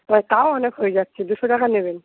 মানে তাও অনেক হয়ে যাচ্ছে দুশো টাকা নেবেন